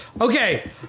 Okay